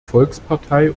volkspartei